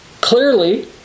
clearly